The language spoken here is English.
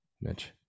Mitch